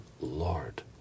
Lord